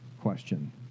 question